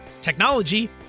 technology